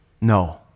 No